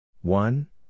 One